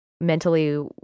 mentally